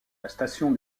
station